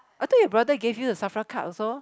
I thought your brother give you the SAFRA card also